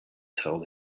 told